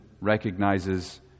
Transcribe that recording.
recognizes